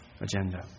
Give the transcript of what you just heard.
agenda